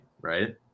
right